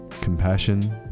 compassion